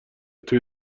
توی